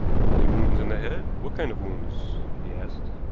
only wounds in the head? what kind of wounds? he asked.